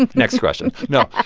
and next question no.